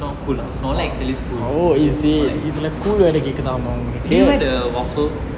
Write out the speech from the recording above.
not cool lah snorlax is cool did you wear the waffle